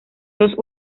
dos